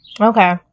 Okay